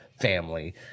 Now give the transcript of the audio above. family